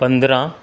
पंद्रहं